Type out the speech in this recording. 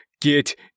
get